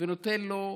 ונותן לו,